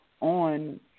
on